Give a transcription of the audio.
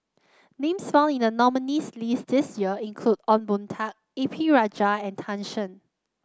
names found in the nominees' list this year include Ong Boon Tat A P Rajah and Tan Shen